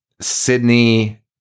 Sydney